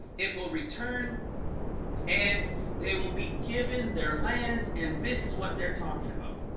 it will return and they will be given their lands and this is what they're talking about